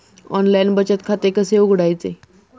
Online बचत खाते कसे उघडायचे?